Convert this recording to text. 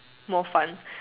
more fun